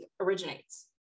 originates